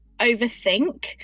overthink